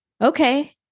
okay